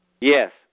Yes